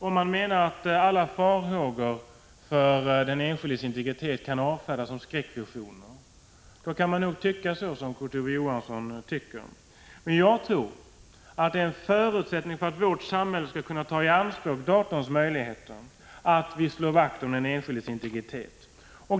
Om man menar att alla farhågor för den enskildes integritet kan avfärdas som skräckvisioner, får man nog den uppfattning som Kurt Ove Johansson ger uttryck åt. Men jag tror att en förutsättning för att vårt samhälle skall kunna ta i anspråk datorns möjligheter är att vi slår vakt om den enskildes integritet.